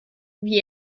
wie